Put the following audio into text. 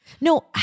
No